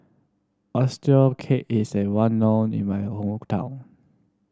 oyster cake is well known in my hometown